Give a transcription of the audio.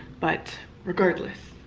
but regardless